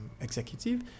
executive